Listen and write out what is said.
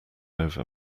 over